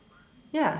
ya